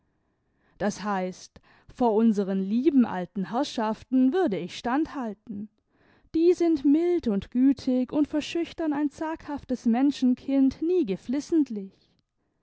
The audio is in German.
das heißt vor unseren lieben alten herrschaften würde ich standhalten die sind mild und gütig und verschüchtern ein zaghaftes menschenkind nie geflissentlich